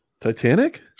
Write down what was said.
Titanic